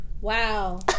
Wow